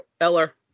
Eller